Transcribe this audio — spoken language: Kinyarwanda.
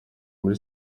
kuri